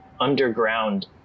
underground